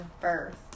first